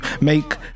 make